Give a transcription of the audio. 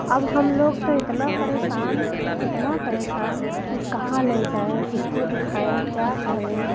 अब हम लोग तो इतना परेशान इतना परेशान कि कहाँ ले जाएँ किसको दिखाएँ क्या करें